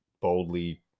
boldly